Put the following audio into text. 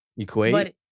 Equate